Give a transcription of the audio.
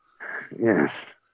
yes